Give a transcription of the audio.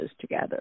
together